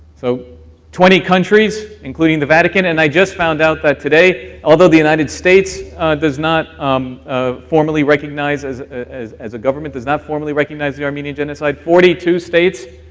so twenty countries, including the vatican, and i just found out that today, although the united states does not um ah formally recognize, as as a government, does not formally recognize the armenian genocide, forty two states,